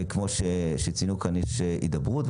וכפי שצוין פה, ישנה הידברות.